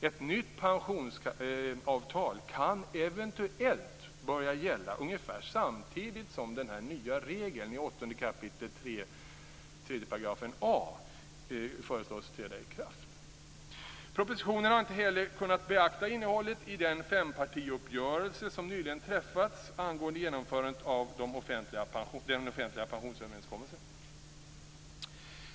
Ett nytt pensionsavtal kan eventuellt börja gälla ungefär samtidigt som den här nya regeln i 8 kap. 3 a § kommunallagen föreslås träda i kraft. Propositionen har inte heller kunnat beakta innehållet i den fempartiuppgörelse som nyligen träffats angående genomförandet av den offentliga pensionsöverenskommelsen.